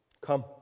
come